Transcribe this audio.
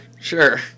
Sure